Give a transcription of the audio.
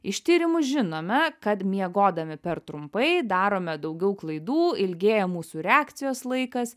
iš tyrimų žinome kad miegodami per trumpai darome daugiau klaidų ilgėja mūsų reakcijos laikas